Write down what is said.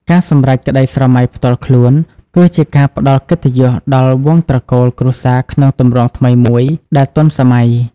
ការសម្រេចក្តីស្រមៃផ្ទាល់ខ្លួន គឺជាការផ្តល់កិត្តិយសដល់វង្សត្រកូលគ្រួសារក្នុងទម្រង់ថ្មីមួយដែលទាន់សម័យ។